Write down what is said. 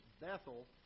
Bethel